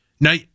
Now